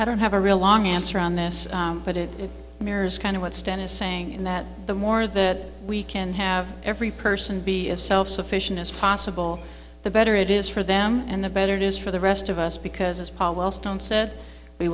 i don't have a real long answer on this but it mirrors kind of what stan is saying in that the more that we can have every person be as self sufficient as possible the better it is for them and the better it is for the rest of us because as paul wellstone said we